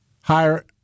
higher